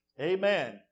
amen